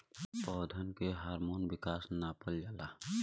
पौधन के हार्मोन विकास नापल जाला